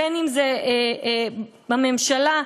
אם בממשלה,